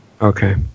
Okay